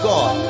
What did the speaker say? God